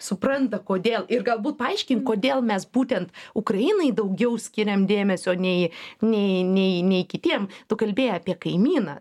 supranta kodėl ir galbūt paaiškink kodėl mes būtent ukrainai daugiau skiriam dėmesio nei nei nei nei kitiem tu kalbėjai apie kaimyną